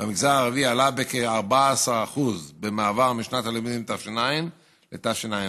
במגזר הערבי עלה בכ-14% במעבר משנת הלימוד תש"ע לתשע"ו.